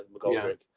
McGoldrick